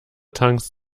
tanks